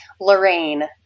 Lorraine